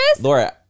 Laura